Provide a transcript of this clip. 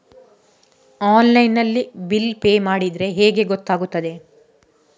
Online ನಲ್ಲಿ bill pay ಮಾಡಿದ್ರೆ ಹೇಗೆ ಗೊತ್ತಾಗುತ್ತದೆ?